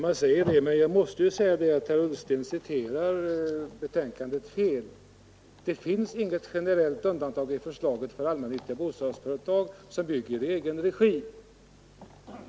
Herr talman! Herr Ullsten citerade betänkandet fel. Det finns i förslaget inget generellt undantag för allmännyttiga bostadsföretag som bygger i egen regi.